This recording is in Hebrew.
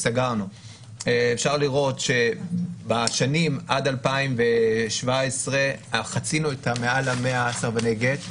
אפשר לראות שעד 2017 חצינו מעל 100 סרבני גט,